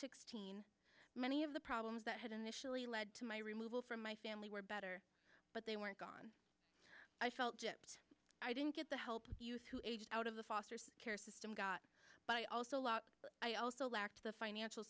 sixteen many of the problems that had initially led to my removal from my family were better but they weren't gone i felt gypped i didn't get the help youth who age out of the foster care system got by also a lot but i also lacked the financial